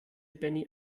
benny